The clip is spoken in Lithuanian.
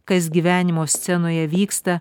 kas gyvenimo scenoje vyksta